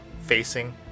facing